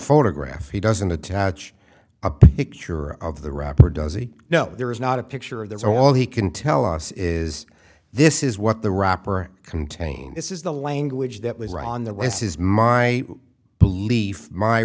photograph he doesn't attach a picture of the wrapper does he know there is not a picture of there all he can tell us is this is what the wrapper contain this is the language that was ron the wes is my belief my